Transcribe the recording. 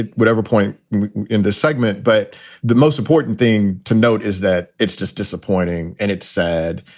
ah whatever point in the segment. but the most important thing to note is that it's just disappointing and it's sad.